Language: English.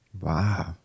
Wow